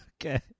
Okay